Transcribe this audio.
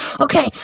Okay